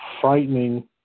frightening